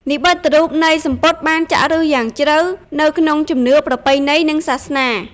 និមិត្តរូបនៃសំពត់បានចាក់ឫសយ៉ាងជ្រៅនៅក្នុងជំនឿប្រពៃណីនិងសាសនា។